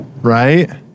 right